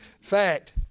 fact